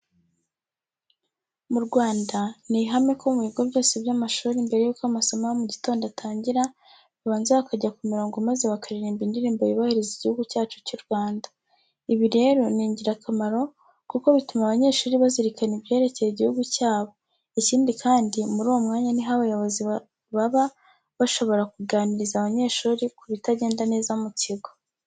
Mu Rwanda ni ihame ko mu bigo byose by'amashuri mbere yuko amasomo ya mu gitondo atangira babanza bakajya ku mirongo maze bakaririmba indirimbo yubahiriza Igihugu cyacu cy'u Rwanda. Ibi rero ni ingirakamaro kuko bituma abanyeshuri bazirikana ibyerekeye igihugu cyabo. Ikindi kandi muri uwo mwanya ni ho abayobozi baba bashobora kuganiriza abanyeshuri ku bitagenda neza mu kigo.